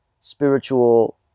spiritual